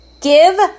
give